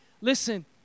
listen